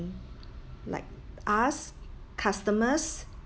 like us customers